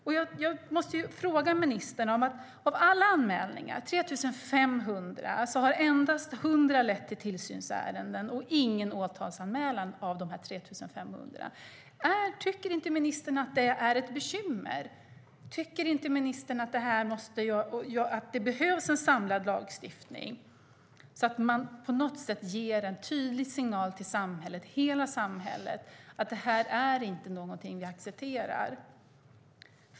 Av alla 3 500 anmälningar har endast 100 lett till tillsynsärenden och ingen till åtalsanmälan. Tycker inte ministern att det är ett bekymmer? Tycker inte ministern att det behövs en samlad lagstiftning som ger en tydlig signal till hela samhället att det här inte är någonting som vi accepterar?